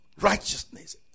righteousness